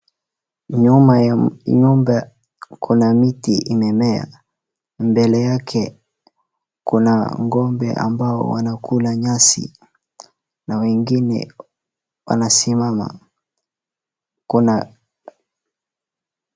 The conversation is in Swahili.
Nyuma ya nyumba kuna miti imemea, mbele yake kuna ng'ombe ambao wanakula nyasi na wengine wanasimama kuna.